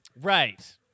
Right